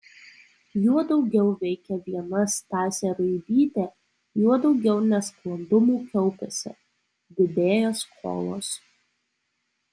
juo daugiau veikia viena stasė ruibytė juo daugiau nesklandumų kaupiasi didėja skolos